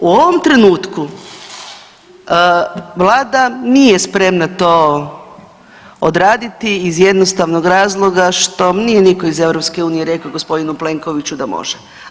U ovom trenutku Vlada nije spremna to odraditi iz jednostavnog razloga što nije nitko iz EU rekao gospodinu Plenkoviću da može.